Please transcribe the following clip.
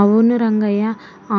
అవును రంగయ్య